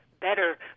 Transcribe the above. better